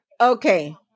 Okay